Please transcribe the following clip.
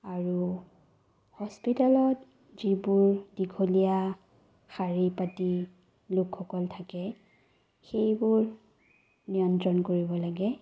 আৰু হস্পিতালত যিবোৰ দীঘলীয়া শাৰী পাতি লোকসকল থাকে সেইবোৰ নিয়ন্ত্ৰণ কৰিব লাগে